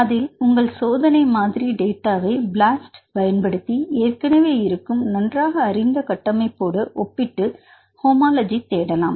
அதில் உங்கள் சோதனை மாதிரி டேட்டாவை பிளாஸ்ட் பயன்படுத்தி ஏற்கனவே இருக்கும் நன்றாக அறிந்த கட்டமைப்போடு ஒப்பிட்டு ஹோமோலஜி தேடலாம்